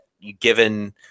Given